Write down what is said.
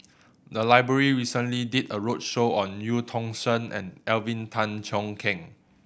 the library recently did a roadshow on Eu Tong Sen and Alvin Tan Cheong Kheng